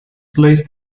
placed